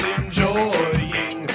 enjoying